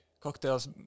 cocktails